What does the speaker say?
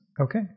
Okay